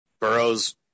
Burrows